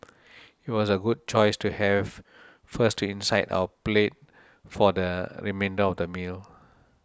it was a good choice to have first to incite our palate for the remainder of the meal